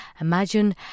Imagine